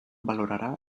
valorarà